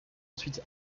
ensuite